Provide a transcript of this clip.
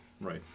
Right